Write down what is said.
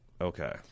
Okay